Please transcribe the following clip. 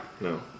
No